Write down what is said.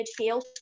midfield